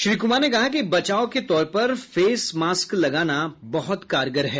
श्री कुमार ने कहा कि बचाव के तौर पर फेस मास्क लगाना बहुत कारगर है